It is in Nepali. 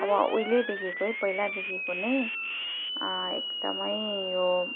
अब उहिलेदेखिकै पहिलादेखिको नै एकदमै यो